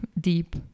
deep